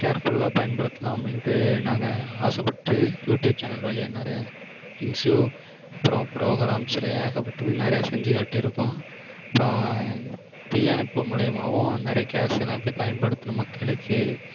கேர்ஃபுல்லாக பயன்படுத்தலாம் அப்படின்ட்டு நாங்கள் ஆசைப்பட்டு யூடியூப் சேனல் வழியாக நிறைய இன்ஸ்சியூ அப்புறம் ப்ரோக்ராம்ஸ் ஏகப்பட்டது நிறைய செஞ்சு காட்டியிருக்கோம் இப்போது தீயணைப்பு மூலியமாகவும் நிறைய கேஸ்லாம் எப்படி பயன்படுத்தணும் மக்களுக்கு